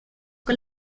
con